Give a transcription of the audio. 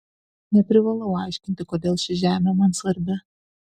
neprivalau aiškinti kodėl ši žemė man svarbi